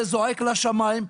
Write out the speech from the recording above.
זה זועק לשמיים.